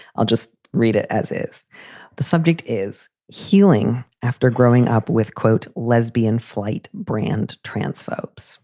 i'll just read it as is the subject is healing after growing up with, quote, lesbian flight brand transphobia.